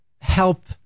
help